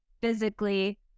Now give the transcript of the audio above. physically